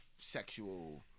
sexual